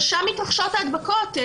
שם מתרחשות ההדבקות.